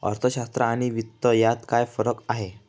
अर्थशास्त्र आणि वित्त यात काय फरक आहे